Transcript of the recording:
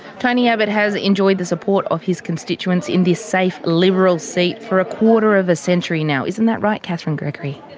tony abbott has enjoyed the support of his constituents in this safe liberal seat for a quarter of a century now. isn't that right, katherine gregory?